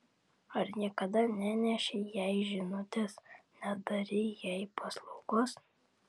ar niekada nenešei jai žinutės nedarei jai paslaugos